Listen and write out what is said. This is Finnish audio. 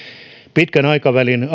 pitkän aikavälin